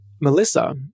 Melissa